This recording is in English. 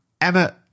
Emma